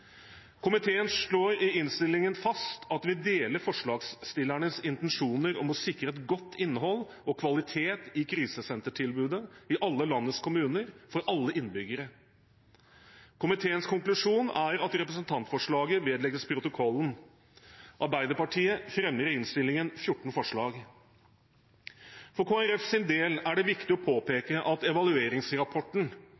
Komiteen slår i innstillingen fast at vi deler forslagsstillernes intensjoner om å sikre et godt innhold og god kvalitet i krisesentertilbudet i alle landets kommuner, for alle innbyggere. Komiteens konklusjon er at representantforslaget vedlegges protokollen. Arbeiderpartiet fremmer i innstillingen 14 forslag. For Kristelig Folkepartis del er det viktig å påpeke at evalueringsrapporten